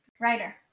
Writer